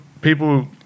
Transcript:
people